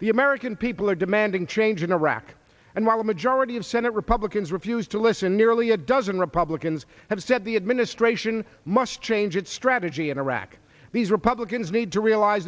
the american people are demanding change in iraq and while a majority of senate republicans refuse to listen nearly a dozen republicans have said the administration must change its strategy in iraq these republicans need to realize